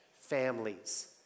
families